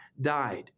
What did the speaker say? died